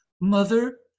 Mother